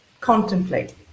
Contemplate